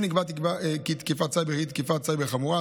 אם נקבע כי תקיפת סייבר היא תקיפת סייבר חמורה,